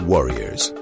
Warriors